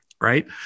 Right